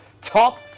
Top